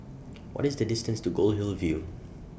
What IS The distance to Goldhill View